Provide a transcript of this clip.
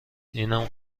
اینم